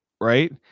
right